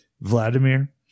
Vladimir